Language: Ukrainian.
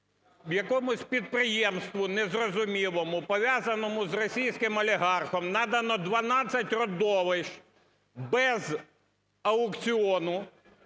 якомусь підприємству незрозумілому, пов'язаному з російським олігархом, надано 12 родовищ без аукціону,